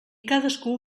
cadascú